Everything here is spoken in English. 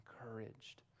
encouraged